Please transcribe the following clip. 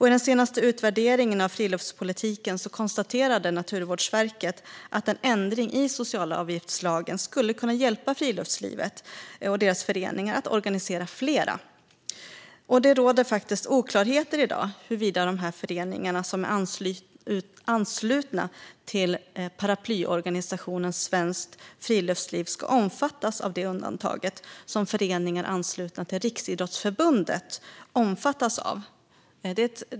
I den senaste utvärderingen av friluftspolitiken konstaterade Naturvårdsverket att en ändring i socialavgiftslagen skulle kunna hjälpa friluftslivet och dess föreningar att organisera fler. Det råder oklarheter i dag om huruvida de föreningar som är anslutna till paraplyorganisationen Svenskt Friluftsliv ska omfattas av det undantag som föreningar anslutna till Riksidrottsförbundet omfattas av.